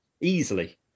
easily